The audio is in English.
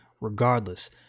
regardless